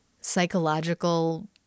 psychological